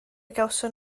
gawson